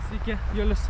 sveiki julius